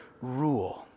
Rule